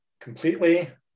completely